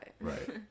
Right